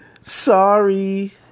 Sorry